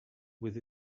with